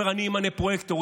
ואמר: אני אמנה פרויקטור.